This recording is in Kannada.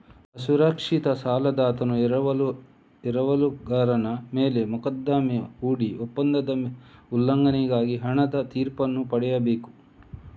ಅಸುರಕ್ಷಿತ ಸಾಲದಾತನು ಎರವಲುಗಾರನ ಮೇಲೆ ಮೊಕದ್ದಮೆ ಹೂಡಿ ಒಪ್ಪಂದದ ಉಲ್ಲಂಘನೆಗಾಗಿ ಹಣದ ತೀರ್ಪನ್ನು ಪಡೆಯಬೇಕು